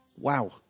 Wow